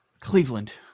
Cleveland